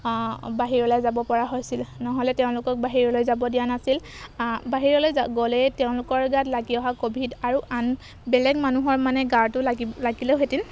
বাহিৰলৈ যাব পৰা হৈছিল নহ'লে তেওঁলোকক বাহিৰলৈ যাব দিয়া নাছিল বাহিৰলৈ গ'লেই তেওঁলোকৰ গাত লাগি অহা ক'ভিড আৰু আন বেলেগ মানুহৰ মানে গাটো লাগি লাগিলেও হেঁতেন